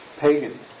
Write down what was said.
pagan